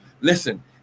Listen